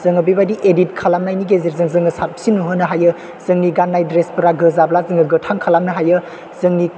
जोङो बेबायदि इदित खालामनायनि गेजेरजों जोङो साबसिन नुहोनो हायो जोंनि गाननाय द्रेसफोरा गोजाब्ला गोथां खालामनो हायो जोंनि